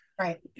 right